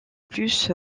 plus